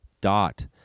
dot